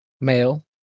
Male